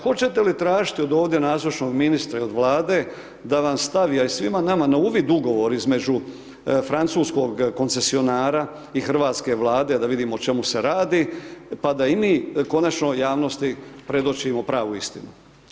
Hoćete li tražiti od ovdje nazočnog ministra i od Vlade da vam stavi, a i svima nama, na uvid ugovor između francuskog koncesionara i hrvatske Vlade da vidimo o čemu se radi, pa da i mi konačno javnosti predočimo pravu istinu.